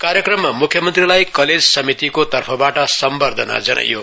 कार्यक्रममा मुख्यमन्त्रीलाई कलेज समितिको तर्फबाट सम्बर्धना जनाइयो